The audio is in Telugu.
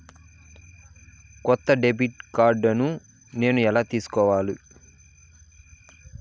కొత్త డెబిట్ కార్డ్ నేను ఎలా తీసుకోవాలి?